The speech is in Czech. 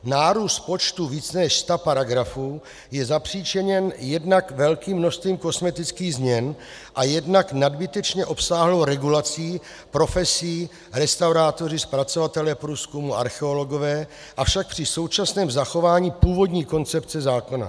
Nárůst počtu více než sta paragrafů je zapříčiněn jednak velkým množstvím kosmetických změn a jednak nadbytečně obsáhlou regulací profesí restaurátoři, zpracovatelé průzkumu, archeologové, avšak při současném zachování původní koncepce zákona.